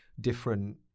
different